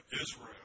Israel